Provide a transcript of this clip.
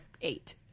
eight